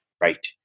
Right